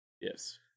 Yes